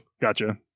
Gotcha